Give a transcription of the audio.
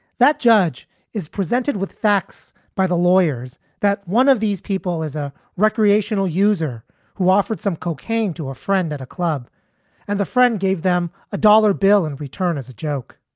that judge is presented with facts by the lawyers that one of these people is a recreational user who offered some cocaine to a friend at a club and the friend gave them a dollar bill in return as a joke.